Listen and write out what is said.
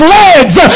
legs